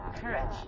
Courage